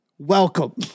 Welcome